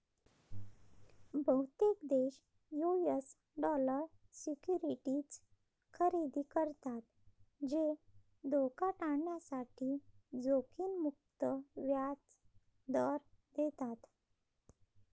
बहुतेक देश US dollar securities खरेदी करतात जे धोका टाळण्यासाठी जोखीम मुक्त व्याज दर देतात